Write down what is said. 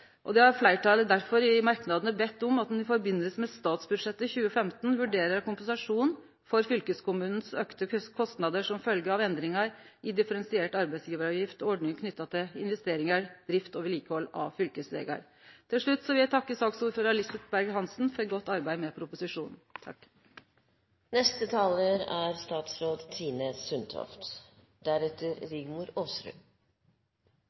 har fleirtalet difor i merknadene sagt at ein i forbindelse med statsbudsjettet 2015 vurderer kompensasjon for fylkeskommunens auka kostnader som følgje av endringar i differensiert arbeidsgjevaravgift og ordninga knytt til investeringar, drift og vedlikehald av fylkesvegar. Til slutt vil eg takke saksordføraren, Lisbeth Berg-Hansen for godt arbeid med proposisjonen.